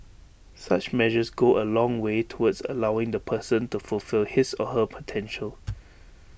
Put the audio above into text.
such measures go A long way towards allowing the person to fulfil his or her potential